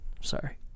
sorry